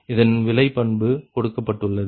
இதன் விலை பண்பு கொடுக்கப்பட்டுள்ளது